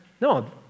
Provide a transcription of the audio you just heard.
no